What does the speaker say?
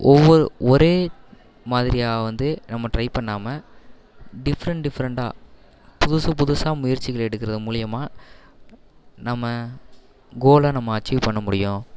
ஒவ்வொரு ஒரே மாதிரியாக வந்து நம்ம ட்ரை பண்ணாமல் டிஃபரெண்ட் டிஃபரெண்ட்டாக புதுசு புதுசாக முயற்சிகள் எடுக்கிறது மூலிமா நம்ம கோலை நம்ம அச்சீவ் பண்ண முடியும்